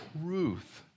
truth